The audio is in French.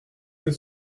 que